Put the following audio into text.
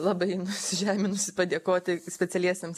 labai nusižeminusi padėkoti specialiesiems